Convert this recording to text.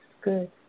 good